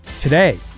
today